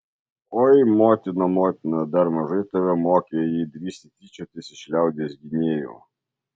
oi motina motina dar mažai tave mokė jei drįsti tyčiotis iš liaudies gynėjų